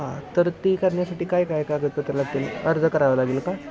हां तर ती करण्यासाठी काय काय कागदपत्रं लागतील अर्ज करावा लागेल का